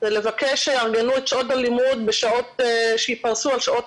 זה לבקש שיארגנו את שעות הלימוד כך שייפרסו בכל שעות